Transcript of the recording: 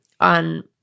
on